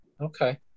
Okay